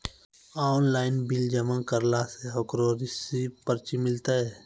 Online bill जमा करला से ओकरौ रिसीव पर्ची मिलतै?